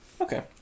Okay